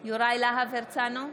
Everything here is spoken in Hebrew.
יוראי להב הרצנו,